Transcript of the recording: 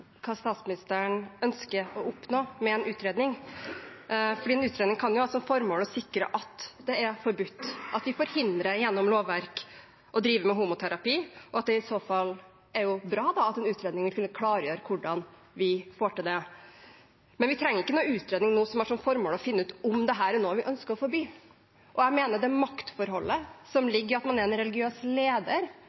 statsministeren ønsker å oppnå med en utredning, for en utredning kan jo ha som formål å sikre at det er forbudt, at vi forhindrer gjennom lovverk å drive med homoterapi, og at det i så fall da er bra at en utredning vil kunne klargjøre hvordan vi får til det. Men vi trenger ikke noen utredning nå som har som formål å finne ut om dette er noe vi ønsker å forby. Jeg mener at med det maktforholdet som ligger i at man er en religiøs leder,